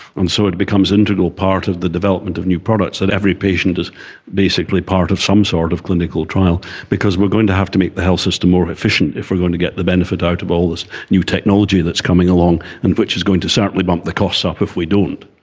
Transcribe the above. and so it becomes an integral part of the development of new products and every patient is basically part of some sort of clinical trial because we are going to have to make the health system more efficient if we are going to get the benefit out of all this new technology that's coming along and which is going to certainly bump the costs up if we don't.